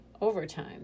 overtime